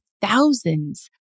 thousands